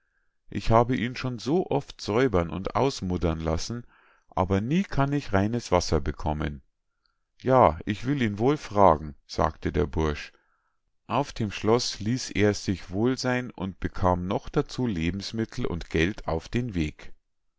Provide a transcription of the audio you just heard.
ich hab ihn schon so oft säubern und ausmuddern lassen aber nie kann ich reines wasser bekommen ja ich will ihn wohl fragen sagte der bursch auf dem schloß ließ er's sich wohl sein und bekam noch dazu lebensmittel und geld auf den weg